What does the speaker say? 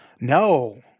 No